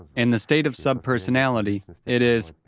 and the state of subpersonality it is,